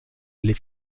les